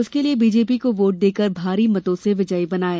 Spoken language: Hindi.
उसके लिए बीजेपी को वोट देकर भारी मतों से विजयी बनायें